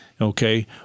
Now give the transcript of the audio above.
Okay